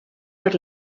per